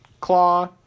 Claw